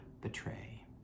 betray